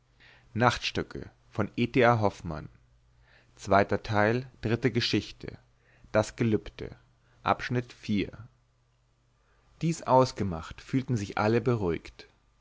dies ausgemacht fühlten sich alle beruhigt